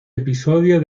episodio